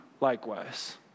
likewise